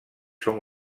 són